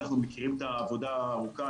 אנחנו מכירים את העבודה הארוכה,